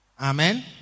Amen